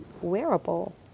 wearable